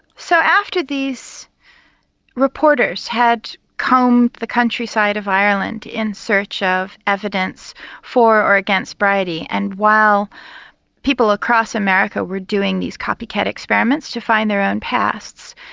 so after these reporters had combed the countryside of ireland in search of evidence for or against bridey, and while people across america were doing these copycat experiments to find their own pasts,